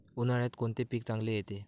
उन्हाळ्यात कोणते पीक चांगले येते?